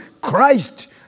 Christ